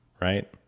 Right